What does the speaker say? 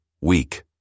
weak